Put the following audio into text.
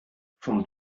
vom